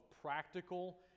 practical